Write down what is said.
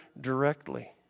directly